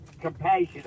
compassion